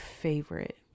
favorite